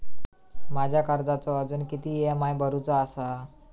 माझ्या कर्जाचो अजून किती ई.एम.आय भरूचो असा?